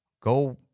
Go